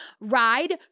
ride